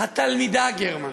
התלמידה גרמן,